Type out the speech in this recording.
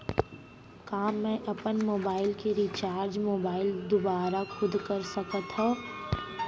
का मैं अपन मोबाइल के रिचार्ज मोबाइल दुवारा खुद कर सकत हव?